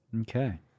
Okay